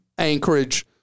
Anchorage